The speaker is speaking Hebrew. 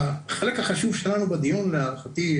החלק החשוב שלנו בדיון להערכתי,